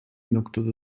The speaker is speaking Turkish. noktada